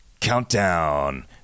Countdown